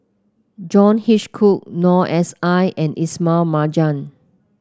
John Hitchcock Noor S I and Ismail Marjan